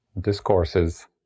discourses